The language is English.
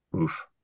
Oof